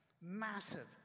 massive